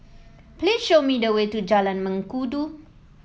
please show me the way to Jalan Mengkudu